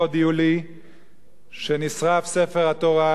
הודיעו לי שנשרף ספר התורה,